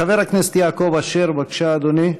חבר הכנסת יעקב אשר, בבקשה, אדוני.